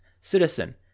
Citizen